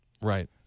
Right